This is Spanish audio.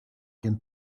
quien